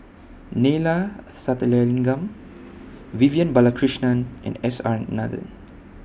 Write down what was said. Neila Sathyalingam Vivian Balakrishnan and S R Nathan